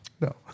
No